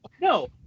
No